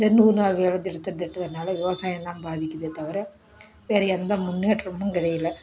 இந்த நூறு நாள் வேலை திட்டத்துனால விவசாயம் தான் பாதிக்குதே தவிர வேறு எந்த முன்னேற்றமும் கிடையில